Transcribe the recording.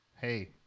hey